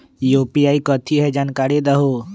UPI कथी है? जानकारी दहु